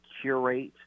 curate